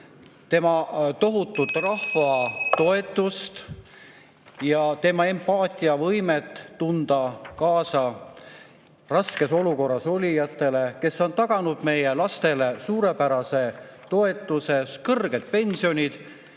tema tohutut rahva toetust ja tema empaatiavõimet tunda kaasa raskes olukorras olijatele. Ta on taganud meie lastele suurepärase toetuse, kõrged pensionid